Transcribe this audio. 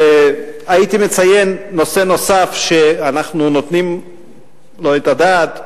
הייתי מציין נושא נוסף שאנחנו נותנים לו את הדעת,